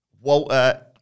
Walter